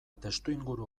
testuinguru